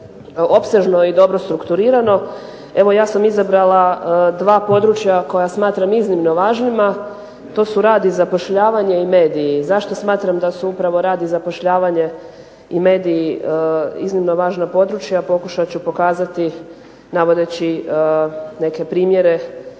opsežno i dobro strukturirano. Evo ja sam izabrala dva područja koja smatram iznimno važnima. To su rad i zapošljavanje i mediji. Zašto smatram da su upravo rad i zapošljavanje i mediji iznimno važna područja, pokušat ću pokazati navodeći neke primjere